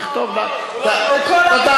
תכתוב, לא צריך מאמר.